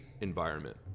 environment